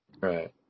Right